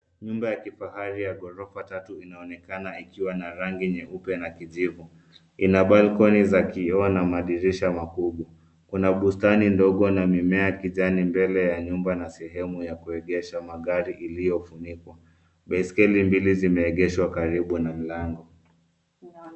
Nyumba ya kifahari ya ghorofa tatu inaonekana ikiwa na rangi nyeupe na kijivu. Ina balcony za kioo na madirisha makubwa. Kuna bustani ndogo na mimea ya kijani mbele ya nyumba na sehemu ya kuegesha magari iliyofunikwa. Baiskeli mbili zimeegeshwa karibu na mlango.